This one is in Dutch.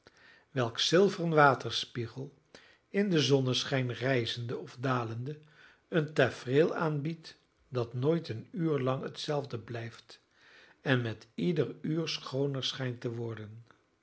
welks zilveren waterspiegel in den zonneschijn rijzende of dalende een tafereel aanbiedt dat nooit een uur lang hetzelfde blijft en met ieder uur schooner schijnt te worden